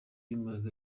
y’umuyaga